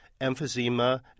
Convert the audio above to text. emphysema